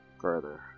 further